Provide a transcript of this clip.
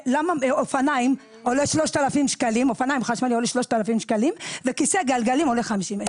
אופניים חשמליות עולות 3,000 שקלים וכיסא גלגלים עולה 50,000?